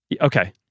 Okay